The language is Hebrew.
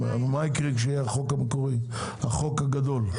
ומה יקרה כשיהיה החוק המקורי, החוק הגדול?